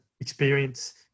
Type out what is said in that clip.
experience